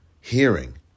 hearing